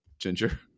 Ginger